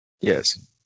Yes